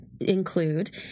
include